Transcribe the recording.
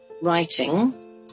writing